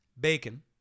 bacon